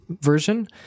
version